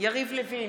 יריב לוין,